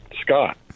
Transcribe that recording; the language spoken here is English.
Scott